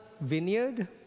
vineyard